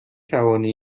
توانی